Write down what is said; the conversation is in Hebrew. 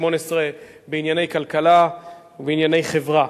השמונה-עשרה בענייני כלכלה ובענייני חברה.